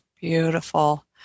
Beautiful